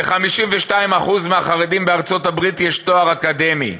ל-52% מהחרדים בארצות-הברית יש תואר אקדמי,